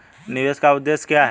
निवेश का उद्देश्य क्या है?